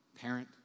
parent